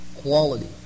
quality